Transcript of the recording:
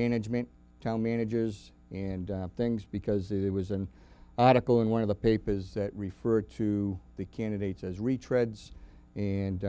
management tell managers and things because it was an article in one of the papers that referred to the candidates as retreads and